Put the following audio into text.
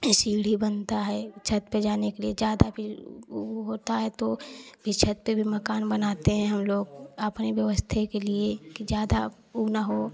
सीढ़ी बनता है छत पर जाने के लिए ज़्यादा वह होता है तो यह छत पर भी मकान बनाते हैं हम लोग अपने व्यवस्था के लिए ज़्यादा ऊ ना हो